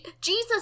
Jesus